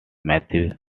matthew